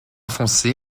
foncé